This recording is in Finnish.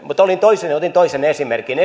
mutta otin toisen esimerkin